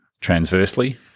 transversely